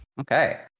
okay